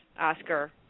Oscar